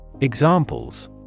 Examples